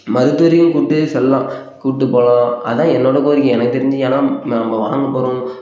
மருத்துவரையும் கூப்பிட்டே செல்லலாம் கூப்பிட்டு போகலாம் அதான் என்னோடய கோரிக்கை எனக்கு தெரிஞ்சு ஏன்னா நம்ம வாங்க போகிறோம்